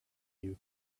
you